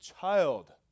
child